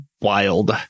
wild